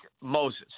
Moses